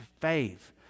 faith